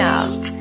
up